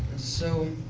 so,